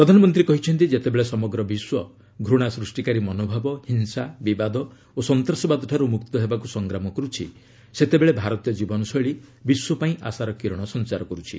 ପ୍ରଧାନମନ୍ତ୍ରୀ କହିଛନ୍ତି ଯେତେବେଳେ ସମଗ୍ର ବିଶ୍ୱ ଘୁଣା ସୃଷ୍ଟିକାରୀ ମନୋଭାବ ହିଂସା ବିବାଦ ଓ ସନ୍ତାସବାଦଠାରୁ ମୁକ୍ତ ହେବାକୁ ସଂଗ୍ରାମ କର୍ଛି ସେତେବେଳେ ଭାରତୀୟ ଜୀବନଶୈଳୀ ବିଶ୍ୱ ପାଇଁ ଆଶାର କିରଣ ସଞ୍ଚାର କରୁଛି